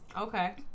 Okay